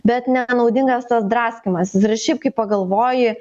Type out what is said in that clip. bet nenaudingas tas draskymasis ir šiaip kai pagalvoji